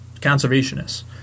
conservationists